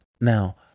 Now